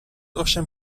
ovšem